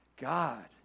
God